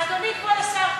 אדוני, כבוד השר,